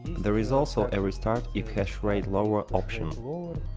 there is also a restart if hashrate lower option.